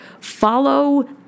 Follow